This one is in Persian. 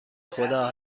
خدا